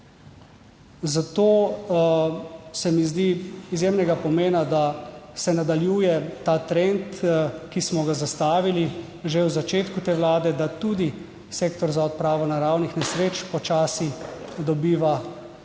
Zato se mi zdi izjemnega pomena, da se nadaljuje ta trend, ki smo ga zastavili že v začetku te Vlade, da tudi Sektor za odpravo naravnih nesreč počasi dobiva večjo